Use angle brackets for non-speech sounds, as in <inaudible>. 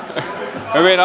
hyvin <unintelligible>